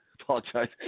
apologize